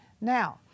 Now